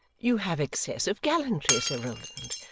you have excess of gallantry, sir rowland,